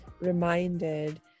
reminded